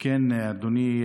אדוני,